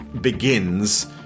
Begins